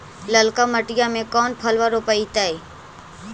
ललका मटीया मे कोन फलबा रोपयतय?